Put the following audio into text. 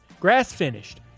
grass-finished